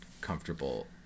comfortable